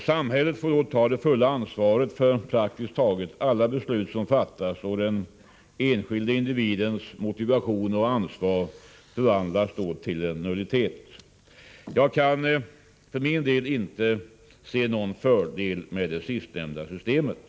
Samhället får då ta det fulla ansvaret för praktiskt taget alla beslut som fattas, och den enskilde individens motivation och ansvar förvandlas då till en nullitet. Jag kan för min del inte se någon fördel med det sistnämnda systemet.